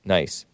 Nice